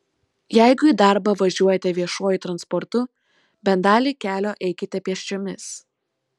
jeigu į darbą važiuojate viešuoju transportu bent dalį kelio eikite pėsčiomis